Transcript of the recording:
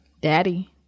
daddy